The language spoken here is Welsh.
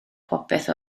popeth